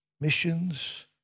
missions